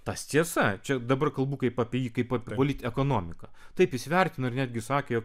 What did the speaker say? tas tiesa čia dabar kalbu kaip apie jį kaip apie politekonomiką taip jis vertino ir netgi sakė